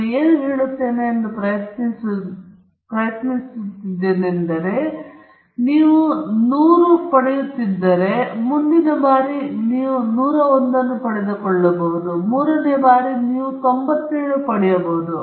ನಾನು ಹೇಳಲು ಪ್ರಯತ್ನಿಸುತ್ತಿರುವೆಂದರೆ ನೀವು 100 ಪಡೆಯುತ್ತಿದ್ದರೆ ಮತ್ತು ಮುಂದಿನ ಬಾರಿ ನೀವು 101 ಅನ್ನು ಪಡೆದುಕೊಳ್ಳಬಹುದು ಮೂರನೇ ಬಾರಿಗೆ ನೀವು 97 ಪಡೆಯಬಹುದು